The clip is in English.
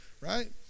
right